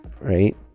right